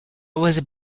was